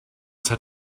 set